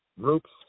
groups